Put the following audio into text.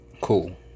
Cool